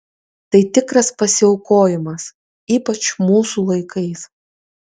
tai tikras pasiaukojimas ypač mūsų laikais